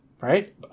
Right